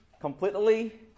completely